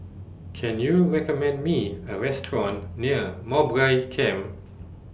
Can YOU recommend Me A Restaurant near Mowbray Camp